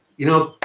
you know?